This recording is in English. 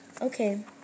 Okay